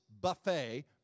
buffet